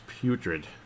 putrid